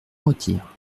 retire